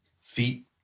feet